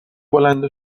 بلند